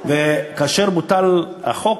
וכאשר בוטל החוק,